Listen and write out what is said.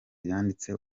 yanditse